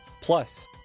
plus